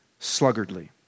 sluggardly